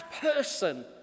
person